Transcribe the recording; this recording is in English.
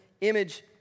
image